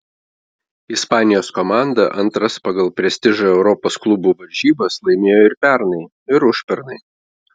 ispanijos komanda antras pagal prestižą europos klubų varžybas laimėjo ir pernai ir užpernai